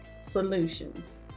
solutions